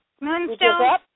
Moonstone